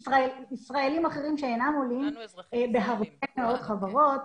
ישראלים אחרים שאינם עולים בהרבה מאוד חברות,